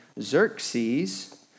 Xerxes